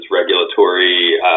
regulatory